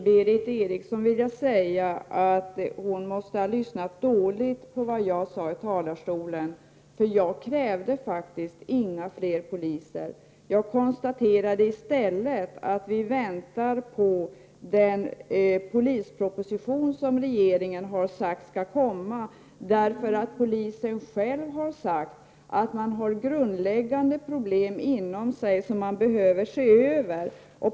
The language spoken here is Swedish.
Herr talman! Berith Eriksson måste ha lyssnat dåligt till vad jag sade. Jag krävde faktiskt inte flera poliser, utan jag konstaterade i stället att vi väntar på den polisproposition som regeringen skall lägga fram. Enligt polisen finns det grundläggande problem inom den egna organisationen som behöver ses över.